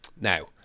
Now